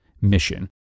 mission